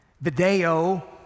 Video